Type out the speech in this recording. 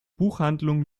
buchhandlung